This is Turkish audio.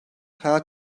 hayal